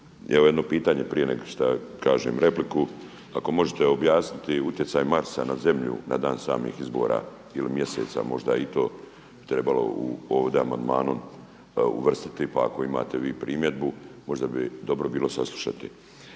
evo jedno pitanje prije nego što kažem repliku, ako možete objasniti utjecaj Marsa na Zemlju na dan samih izbora ili mjeseca možda je i to trebalo ovdje u amandmanu uvrstiti. Pa ako imate vi primjedbu možda bi dobro bilo saslušati.